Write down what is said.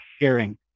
sharing